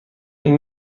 این